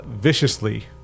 viciously